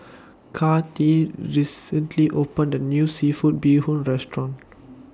Kathie recently opened A New Seafood Bee Hoon Restaurant